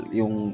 yung